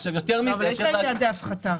אבל יש להם יעדי הפחתה.